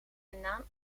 banaan